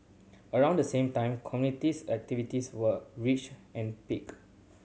around the same time communities activities were reach and peak